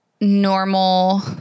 normal